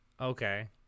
okay